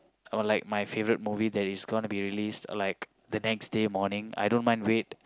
or like my favourite movie that is gonna be released like the next day morning I don't mind wait